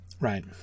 right